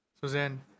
Suzanne